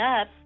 up